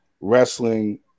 wrestling